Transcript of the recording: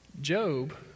Job